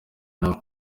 nabo